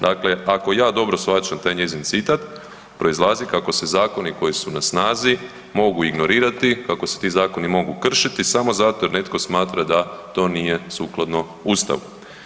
Dakle, ako ja dobro shvaćam taj njezin citat, proizlazi kako se zakoni koji su na snazi mogu ignorirati, kako se ti zakoni mogu kršiti samo zato jer netko smatra da to nije sukladno Ustavu.